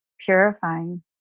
purifying